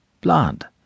Blood